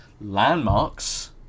landmarks